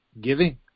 giving